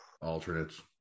Alternates